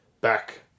back